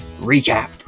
Recap